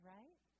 right